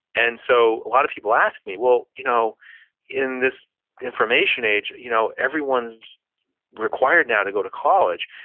and so a lot of people ask me, well you know in this information age, you know everyone's required now to go to college.